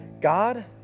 God